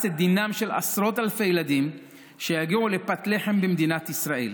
את דינם של עשרות אלפי ילדים שיגיעו לפת לחם במדינת ישראל.